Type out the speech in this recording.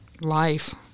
life